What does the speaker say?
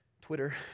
Twitter